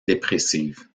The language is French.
dépressive